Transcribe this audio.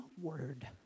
word